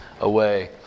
away